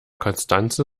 constanze